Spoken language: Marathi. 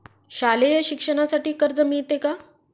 शालेय शिक्षणासाठी कर्ज मिळते का?